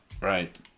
Right